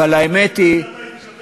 אבל האמת היא, שזה אתה, הייתי שותק.